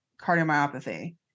cardiomyopathy